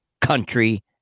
country